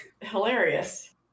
hilarious